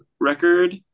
record